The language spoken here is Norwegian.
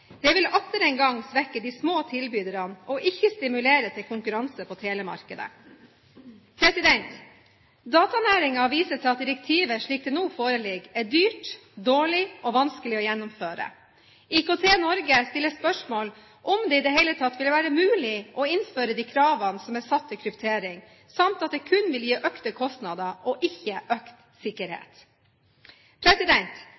Det vil atter en gang svekke de små tilbyderne og ikke stimulere til konkurranse på telemarkedet. Datanæringen viser til at direktivet, slik det nå foreligger, er dyrt, dårlig og vanskelig å gjennomføre. IKT Norge stiller spørsmål om det i det hele tatt vil være mulig å innføre de kravene som er satt til kryptering, samt at det kun vil gi økte kostnader og ikke økt